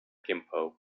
gimpo